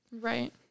Right